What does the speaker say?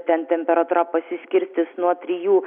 ten temperatūra pasiskirstys nuo trijų